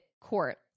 Court